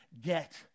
get